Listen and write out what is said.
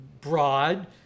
broad